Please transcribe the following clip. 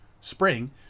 spring